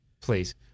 Please